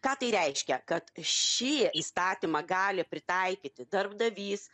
ką tai reiškia kad ši įstatymą gali pritaikyti darbdavys